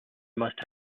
must